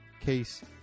case